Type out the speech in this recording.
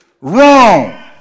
wrong